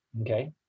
okay